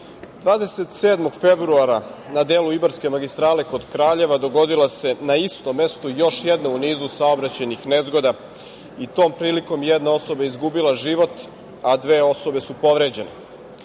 27. februara na delu Ibarske magistrale kod Kraljeva dogodila se na istom mestu još jedna u nizu saobraćajnih nezgoda i tom prilikom jedna osoba je izgubila život, a dve osobe su povređene. Ne